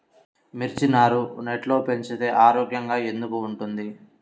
మిర్చి నారు నెట్లో పెంచితే ఆరోగ్యంగా ఎందుకు ఉంటుంది?